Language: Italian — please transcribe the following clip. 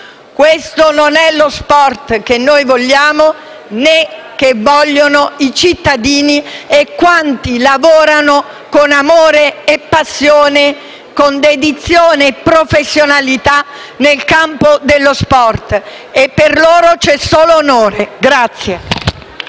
Questo non è lo sport che vogliamo noi, né i cittadini e quanti lavorano con amore e passione, dedizione e professionalità nel campo dello sport. Per loro c'è solo onore.